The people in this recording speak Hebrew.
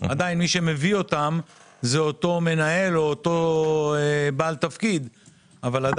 עדין מי שמביא אותן זה ואתו מנהל או אותו בעל תפקיד אבל לדעתי,